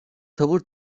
tavır